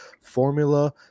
Formula